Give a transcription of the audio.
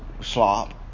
slop